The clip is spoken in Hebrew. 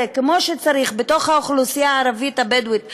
כמו שצריך באוכלוסייה הערבית הבדואית בנגב,